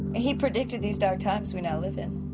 he predicted these dark times we now live in.